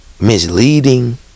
misleading